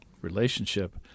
relationship